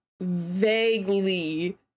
vaguely